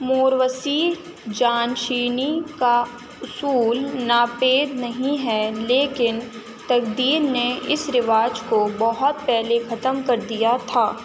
موروثی جانشینی کا اصول ناپید نہیں ہے لیکن تقدیر نے اس رواج کو بہت پہلے ختم کر دیا تھا